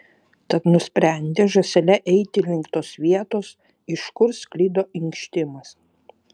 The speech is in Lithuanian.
tad nusprendė žąsele eiti link tos vietos iš kur sklido inkštimas